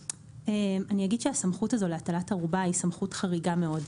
אני אגיד שהסמכות הזו להטלת ערובה היא סמכות חריגה מאוד.